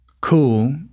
cool